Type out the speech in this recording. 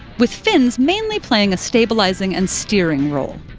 with fins mainly playing a stabilizing and steering role.